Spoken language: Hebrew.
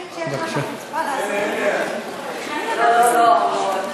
היחיד שיש לו את החוצפה לעשות את זה,